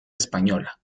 española